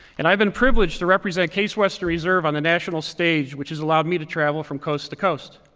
and i've been privileged to represent case western reserve on the national stage, which has allowed me to travel from coast to coast.